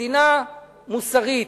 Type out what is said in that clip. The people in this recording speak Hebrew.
מדינה מוסרית,